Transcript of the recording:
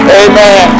amen